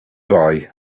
bye